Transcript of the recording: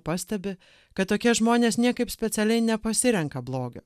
pastebi kad tokie žmonės niekaip specialiai nepasirenka blogio